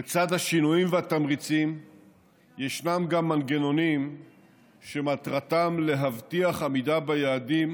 לצד השינויים והתמריצים ישנם גם מנגנונים שמטרתם להבטיח עמידה ביעדים,